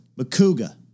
Makuga